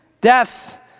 death